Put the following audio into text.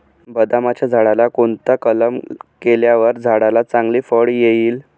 बदामाच्या झाडाला कोणता कलम केल्यावर झाडाला चांगले फळ येईल?